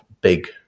big